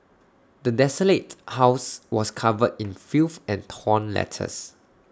the desolated house was covered in filth and torn letters